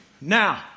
Now